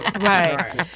Right